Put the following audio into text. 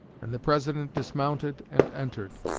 and the president dismounted and entered.